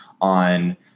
on